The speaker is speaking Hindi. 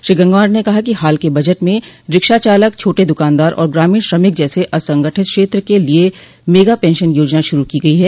श्री गंगवार ने कहा कि हाल के बजट में रिक्शाचालक छोटे दुकानदार और ग्रामीण श्रमिक जैसे असंगठित क्षेत्र के लिये मेगा पेंशन योजना शुरू की गई है